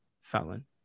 felon